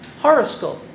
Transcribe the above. horoscope